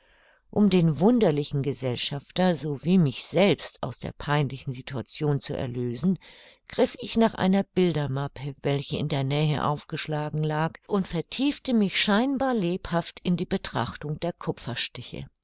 um den wunderlichen gesellschafter sowie mich selbst aus der peinlichen situation zu erlösen griff ich nach einer bildermappe welche in der nähe aufgeschlagen lag und vertiefte mich scheinbar lebhaft in die betrachtung der kupferstiche